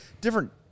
different